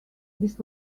this